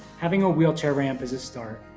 having a wheelchair ramp is a start.